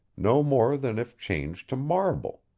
no more than if changed to marble.